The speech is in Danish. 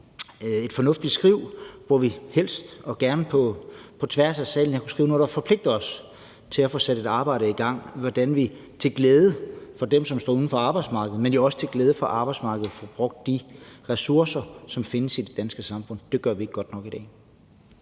et fornuftigt skriv, hvor vi helst og gerne på tværs af salen kunne skrive noget, der forpligter os til at få sat et arbejde i gang, altså hvordan vi til glæde for dem, som står uden for arbejdsmarkedet, men jo altså også til glæde for arbejdsmarkedet, får brugt de ressourcer, som findes i det danske samfund. Det gør vi ikke godt nok i dag.